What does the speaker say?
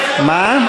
מה?